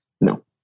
No